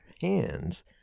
hands